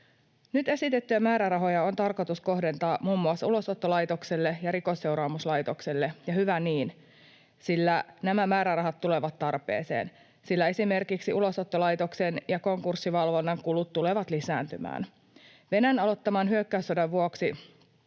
Nyt esitettyjä määrärahoja on tarkoitus kohdentaa muun muassa Ulosottolaitokselle ja Rikosseuraamuslaitokselle, ja hyvä niin, sillä nämä määrärahat tulevat tarpeeseen, sillä esimerkiksi Ulosottolaitoksen ja konkurssivalvonnan kulut tulevat lisääntymään. Venäjän aloittaman hyökkäyssodan vuoksi